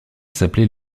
s’appelait